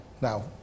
now